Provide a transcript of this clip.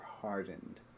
hardened